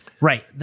Right